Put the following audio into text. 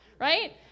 Right